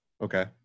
okay